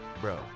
bro